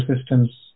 systems